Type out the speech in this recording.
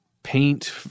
paint